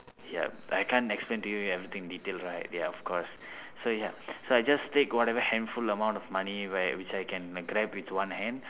yup I can't explain to you everything in detail right ya of course so yup so I just take whatever handful amount of money where which I can grab with one hand